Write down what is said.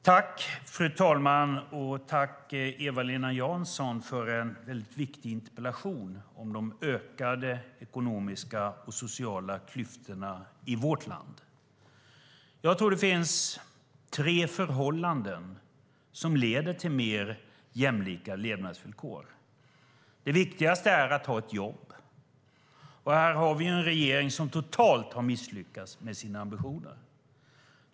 Fru talman! Tack, Eva-Lena Jansson, för en viktig interpellation om de ökade ekonomiska och sociala klyftorna i vårt land. Jag tror att det finns tre förhållanden som leder till mer jämlika levnadsvillkor. Det viktigaste är att ha ett jobb. Vi har en regering som totalt har misslyckats med sina ambitioner med jobben.